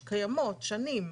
שקיימות שנים.